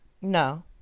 No